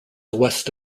west